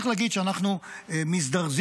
צריך להגיד שאנחנו מזדרזים,